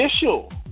official